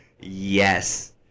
yes